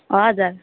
हजुर